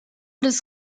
des